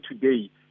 today